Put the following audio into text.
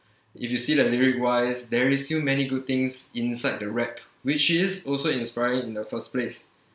if you see the lyric wise there is still many good things inside the rap which is also inspiring in the first place